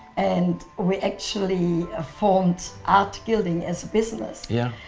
and we actually ah formed art gilding as a business yeah.